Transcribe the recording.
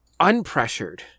unpressured